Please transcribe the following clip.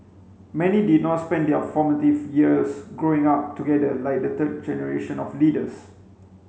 many did not spend their formative years growing up together like the third generation of leaders